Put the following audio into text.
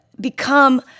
become